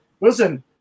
listen